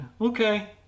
Okay